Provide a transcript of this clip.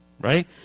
right